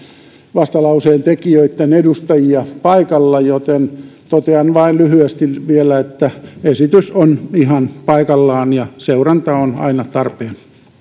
vastalauseen tekijöitten edustajia paikalla joten totean vain lyhyesti vielä että esitys on ihan paikallaan ja seuranta on aina tarpeen